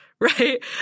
right